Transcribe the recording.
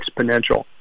exponential